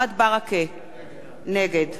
נגד אהוד ברק,